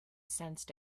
sensed